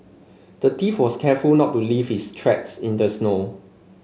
the thief was careful not to leave his tracks in the snow